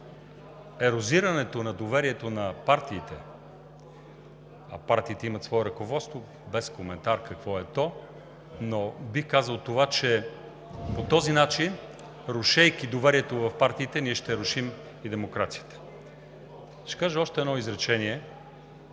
Ерозирането на доверието на партиите, а партиите имат свое ръководство, без коментар какво е то, но бих казал, че по този начин, рушейки доверието в партиите, ние ще рушим и демокрацията. Ще кажа още едно изречение